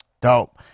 Dope